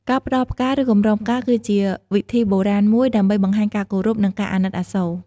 ការផ្ដល់ផ្កា ឬកម្រងផ្កាគឺជាវិធីបុរាណមួយដើម្បីបង្ហាញការគោរព និងការអាណិតអាសូរ។